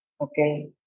Okay